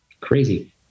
crazy